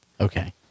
Okay